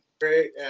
great